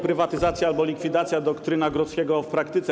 Prywatyzacja albo likwidacja - doktryna Grodzkiego w praktyce.